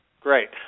Great